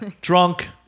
Drunk